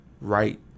right